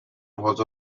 was